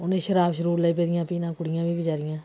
हून एह् शराब शरूब लगी पेदियां पीन ऐ कुड़ियां बी बचारियां